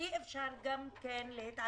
אי אפשר להתעלם